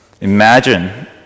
Imagine